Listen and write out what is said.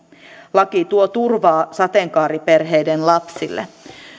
laki tuo turvaa sateenkaariperheiden lapsille